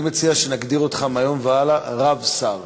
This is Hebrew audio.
אני מציע שנגדיר אותך מהיום והלאה רב-שר.